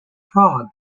fog